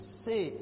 say